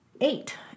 Eight